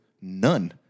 none